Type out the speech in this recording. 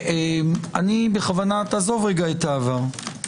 עזוב רגע את העבר.